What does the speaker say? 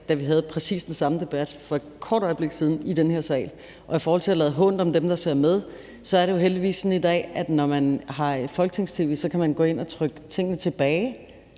da vi havde præcis den samme debat for et kort øjeblik siden i den her sal. I forhold til at lade hånt om dem, der ser med, så er det jo heldigvis sådan i dag, at når man har folketings-tv, kan man gå tilbage